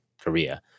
Korea